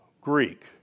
Greek